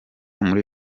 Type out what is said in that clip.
muri